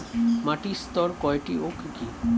মাটির স্তর কয়টি ও কি কি?